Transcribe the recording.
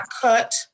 cut